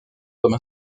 comme